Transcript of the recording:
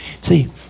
See